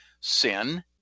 Sin